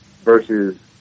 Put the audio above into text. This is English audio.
versus